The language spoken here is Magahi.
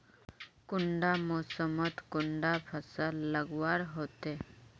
कुंडा मोसमोत कुंडा फसल लगवार होते?